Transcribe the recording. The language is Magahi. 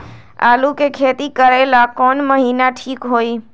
आलू के खेती करेला कौन महीना ठीक होई?